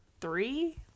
three